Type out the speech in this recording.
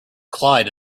clyde